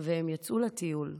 והן יצאו לטיול.